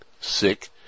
sick